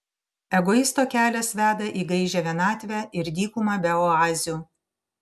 egoisto kelias veda į gaižią vienatvę ir dykumą be oazių